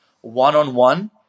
one-on-one